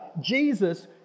Jesus